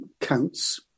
counts